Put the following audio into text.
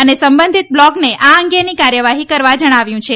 અને સંબંધિત બ્લોગને આ અંગે કાર્યવાહી કરવા જણાવ્યું છે